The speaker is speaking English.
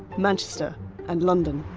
manchester and london.